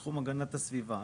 בתחום הגנת הסביבה.